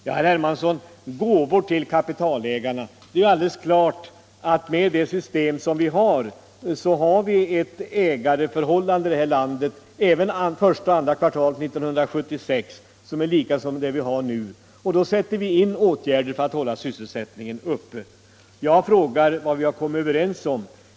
Ja, herr Hermansson, vad gäller gåvor till kapitalägarna är det kanske onödigt att behöva säga att vi även första och andra kvartalet 1976 torde ha samma ägarförhållanden som nu. De åtgärder vi sätter in för att hålla sysselsättningen uppe måste vara anpassade till dessa. Herr Hermansson frågar också vad det är som vi har kommit överens om.